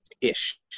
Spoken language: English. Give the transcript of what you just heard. ish